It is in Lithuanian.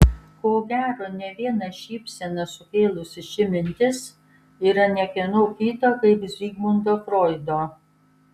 ko gero ne vieną šypseną sukėlusi ši mintis yra ne kieno kito kaip zigmundo froido